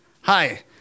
Hi